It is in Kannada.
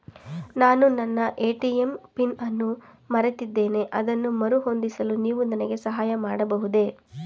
ನಾನು ನನ್ನ ಎ.ಟಿ.ಎಂ ಪಿನ್ ಅನ್ನು ಮರೆತಿದ್ದೇನೆ ಅದನ್ನು ಮರುಹೊಂದಿಸಲು ನೀವು ನನಗೆ ಸಹಾಯ ಮಾಡಬಹುದೇ?